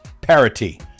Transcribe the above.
parity